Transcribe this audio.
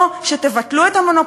כמסורתי, כשומר או שומרת מצוות,